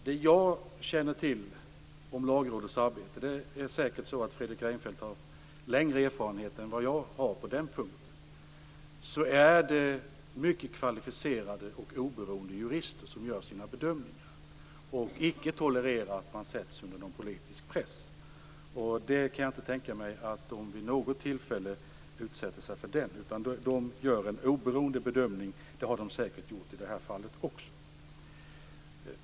Det jag känner till om Lagrådets arbete - Fredrik Reinfeldt har säkert längre erfarenhet än vad jag har på den punkten - är att det är mycket kvalificerade och oberoende jurister som gör sina bedömningar och som icke tolererar att sättas under politisk press. Jag kan inte tänka mig att de vid något tillfälle utsätter sig för det, utan de gör en oberoende bedömning. Det har de säkert gjort i det här fallet också.